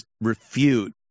refute